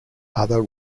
other